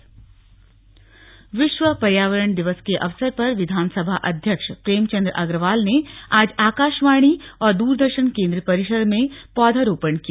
विधानसभा अध्यक्ष विश्व पर्यावरण दिवस के अवसर पर विधानसभा अध्यक्ष प्रेमचंद अग्रवाल ने आज आकाशवाणी और दूरदर्शन केंद्र परिसर में पौधरोपण किया